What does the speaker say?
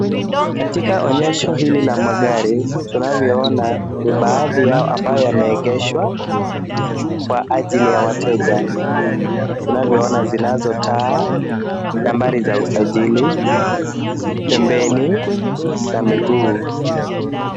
Katika onyesho hili la magari, tunavyoona ni baadhi yao ambayo yameengeshwa Kwa ajili ya wateja. Tunavyoona zinazo taa, nambari za usajili pembeni na miguu.